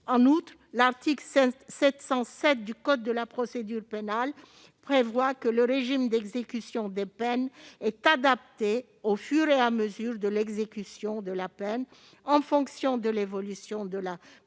En outre, l'article 707 du code de procédure pénale prévoit que le régime d'exécution des peines est « adapté au fur et à mesure de l'exécution de la peine, en fonction de l'évolution de la personnalité